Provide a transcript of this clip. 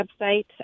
website